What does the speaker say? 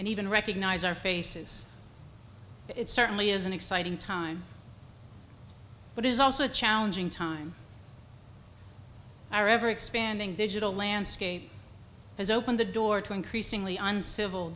and even recognize our faces it certainly is an exciting time but it is also a challenging time i ever expanding digital landscape has opened the door to increasingly uncivil